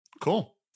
Cool